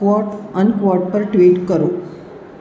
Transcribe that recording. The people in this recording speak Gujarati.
ક્વોટ અનક્વોટ પર ટ્વિટ કરો